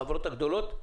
לחברות הגדולות,